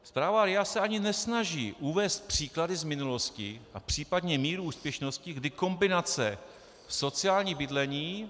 Zpráva RIA se ani nesnaží uvést příklady z minulosti a případně míru úspěšnosti, kdy kombinace sociální bydlení...